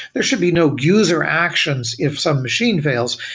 there should be no user actions if some machine fails.